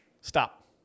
Stop